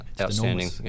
Outstanding